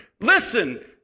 listen